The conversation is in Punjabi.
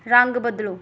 ਰੰਗ ਬਦਲੋ